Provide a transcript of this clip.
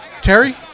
Terry